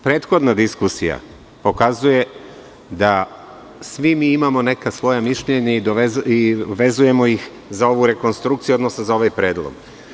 Prethodna diskusija pokazuje da svi mi imamo neka svoja mišljenja i vezujemo ih za ovu rekonstrukciju, odnosno za ovaj predlog.